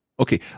Okay